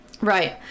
Right